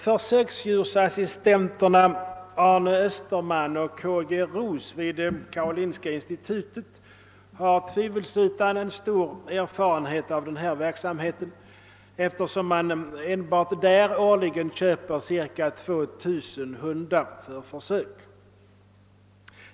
Försöksdjursassistenterna Arne Österman och K.-G. Roos vid Karolinska institutet har tvivelsutan stor erfarenhet av denna verksamhet, eftersom man enbart där årligen köper ca 2 000 hundar för försök.